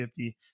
50